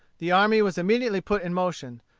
the army was immediately put in motion.